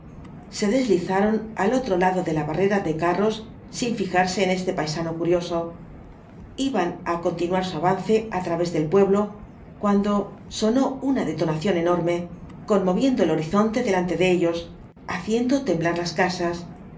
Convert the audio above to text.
se deslizaron al otro lado de la barrera de carros sin fijarse en este paisano curioso iban á continuar su avance á través del pueblo cuando sonó una detonación enorme conmoviendo el horizonte delante de ellos haciendo temblar las casas